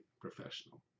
professional